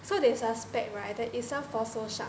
so they suspect right there is some fossil shark